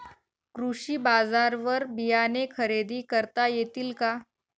कृषी बाजारवर बियाणे खरेदी करता येतील का?